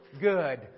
good